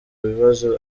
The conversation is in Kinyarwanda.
ibibazo